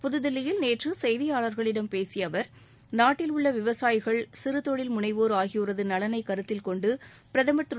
புதுதில்லியில் நேற்று செய்தியாளர்களிடம் பேசிய அவர் நாட்டில் உள்ள விவசாயிகள் சிறதொழில் முனைவோர் ஆகியோரது நலனைக் கருத்தில் கொண்டு பிரதமர் திரு